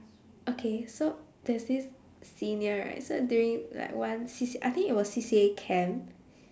okay so there's this senior right so during like one C_C~ I think it was C_C_A camp